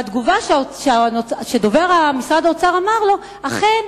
והתגובה שדובר משרד האוצר אמר לו: אכן,